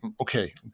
Okay